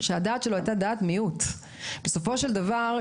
ברגע ששואבים את הזרע אין שום סיבה שלא לאפשר את זה.